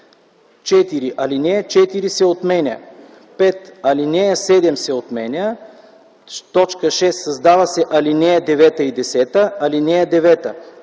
4. Алинея 4 се отменя. 5. Алинея 7 се отменя. 6. Създават се ал. 9 и 10: